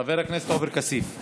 חבר הכנסת עופר כסיף,